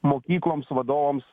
mokykloms vadovams